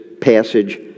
passage